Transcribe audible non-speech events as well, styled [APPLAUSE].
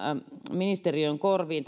ministeriön korviin [UNINTELLIGIBLE]